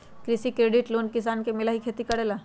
कृषि credit loan किसान के मिलहई खेती करेला?